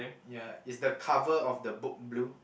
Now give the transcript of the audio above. ya is the cover of the book blue